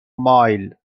مایل